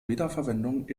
wiederverwendung